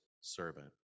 servant